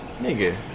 nigga